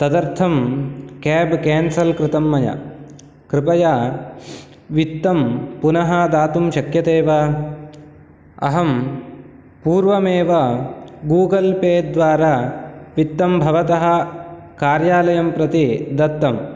तदर्थं cab cancel कृतं मया कृपया वित्तं पुनः दातुं शक्यते वा अहं पूर्वमेव गूगल् पे द्वारा वित्तं भवतः कार्यालयं प्रति दत्तं